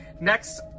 Next